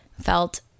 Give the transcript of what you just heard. felt